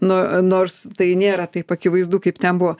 nu nors tai nėra taip akivaizdu kaip ten buvo